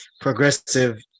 progressive